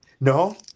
no